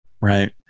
Right